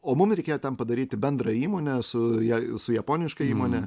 o mum reikėjo ten padaryti bendrą įmonę su ja su japoniška įmone